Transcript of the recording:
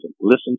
listen